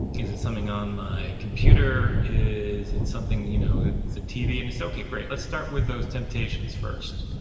is it something on my computer? is it something you know, the tv and it's okay, great. let's start with those temptations first.